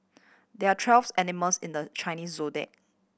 there are twelve animals in the Chinese Zodiac